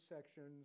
sections